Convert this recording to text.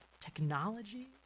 technology